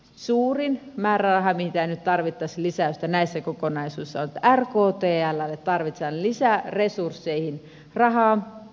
suurin määräraha mihin nyt tarvittaisiin lisäystä näissä kokonaisuuksissa on että rktllle tarvitaan lisää resursseihin rahaa